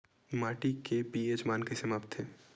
माटी के पी.एच मान कइसे मापथे?